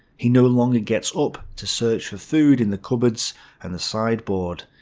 he no longer gets up to search for food in the cupboards and the sideboard,